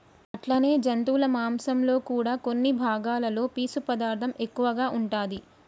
అట్లనే జంతువుల మాంసంలో కూడా కొన్ని భాగాలలో పీసు పదార్థం ఎక్కువగా ఉంటాది